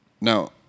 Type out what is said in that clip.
Now